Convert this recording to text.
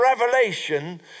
revelation